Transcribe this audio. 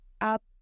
up